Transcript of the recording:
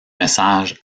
message